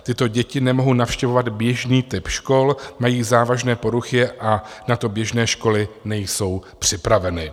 Tyto děti nemohu navštěvovat běžný typ škol, mají závažné poruchy a na to běžné školy nejsou připraveny.